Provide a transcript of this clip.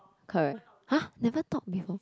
Correc~ !huh! never talk before